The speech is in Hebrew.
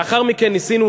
לאחר מכן שמענו,